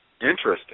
Interesting